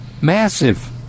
Massive